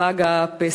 לחג הפסח.